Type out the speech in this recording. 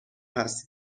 هست